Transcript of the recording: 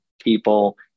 people